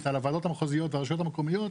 על הוועדות המחוזיות והרשויות המקומיות,